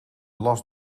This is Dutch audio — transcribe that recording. las